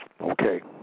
Okay